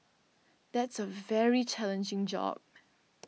that's a very challenging job